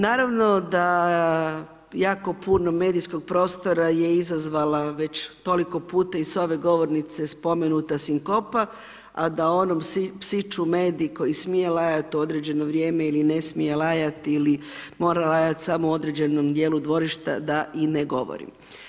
Naravno da jako puno medijskog prostora je izazvala već toliko puta i s ove govornice spomenuta sinkopa a da onom psiću Medi koji smije lajati u određeno vrijeme ili ne smije lajati ili mora lajati samo u određenom dijelu dvorišta da i ne govorim.